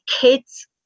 kids